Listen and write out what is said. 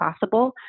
possible